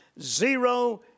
zero